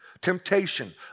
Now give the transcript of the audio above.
temptation